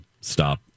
stop